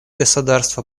государства